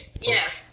Yes